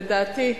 שלדעתי,